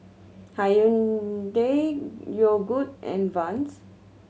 Hyundai Yogood and Vans